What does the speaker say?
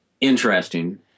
interesting